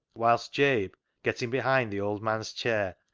whilst jabe, getting behind the old man's chair,